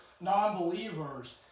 non-believers